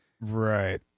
right